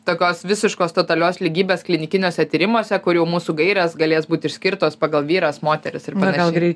tokios visiškos totalios lygybės klinikiniuose tyrimuose kur jau mūsų gairės galės būt išskirtos pagal vyras moteris ir panašiai